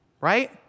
right